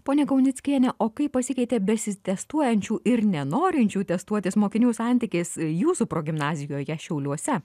ponia kaunickiene o kaip pasikeitė besitestuojančių ir nenorinčių testuotis mokinių santykis jūsų progimnazijoje šiauliuose